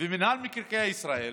ומינהל מקרקעי ישראל